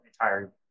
entire